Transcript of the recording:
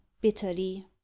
bitterly